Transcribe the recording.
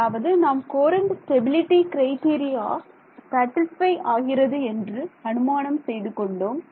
அதாவது நாம் Courant stability criteria satisfy ஆகிறது என்று அனுமானம் செய்துகொண்டோம்